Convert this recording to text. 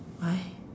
why